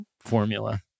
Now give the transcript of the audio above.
formula